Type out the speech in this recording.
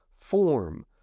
form